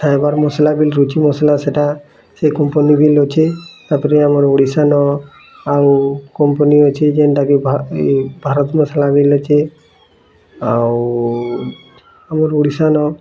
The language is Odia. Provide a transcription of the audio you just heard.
ଖାଇବାର୍ ମସଲା ବୋଲେ ରୁଚି ମସଲା ସେଇଟା ସେ କମ୍ପାନୀ ଅଛେ ତା ପରେ ଆମର୍ ଓଡ଼ିଶା ନ ଆଉ କମ୍ପାନୀ ଅଛି ଯେନ୍ତା କି ଭାରତ ମସଲା ବି ଅଛେ ଆଉ ଆମର୍ ଓଡ଼ିଶା ନ